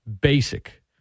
basic